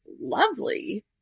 lovely